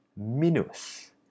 Minus